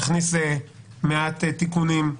ועדת אתיקה.